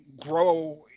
grow